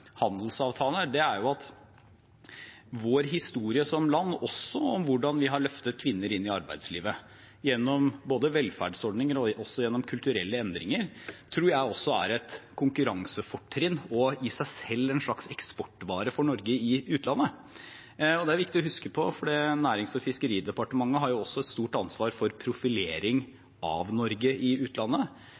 at vår historie som land, også om hvordan vi har løftet kvinner inn i arbeidslivet gjennom både velferdsordninger og kulturelle endringer, tror jeg også er et konkurransefortrinn og i seg selv en slags eksportvare for Norge i utlandet. Det er viktig å huske på, for Nærings- og fiskeridepartementet har også et stort ansvar for profilering av Norge i utlandet.